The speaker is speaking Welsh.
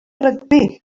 rygbi